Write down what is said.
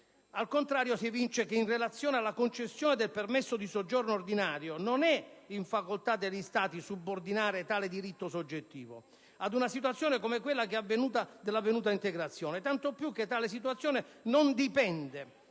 Al contrario, si evince che, in relazione alla concessione del permesso di soggiorno ordinario, non è in facoltà degli Stati subordinare tale diritto soggettivo ad una situazione come quella dell'avvenuta integrazione, tanto più che tale situazione non dipende,